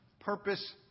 purpose